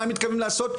מה הם מתכוונים לעשות,